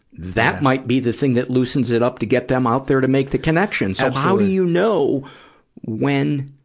that might be the thing that loosens it up to get them out there to make the connections. so how do you know when,